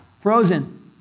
frozen